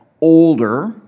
older